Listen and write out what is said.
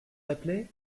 appelez